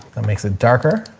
that makes it darker.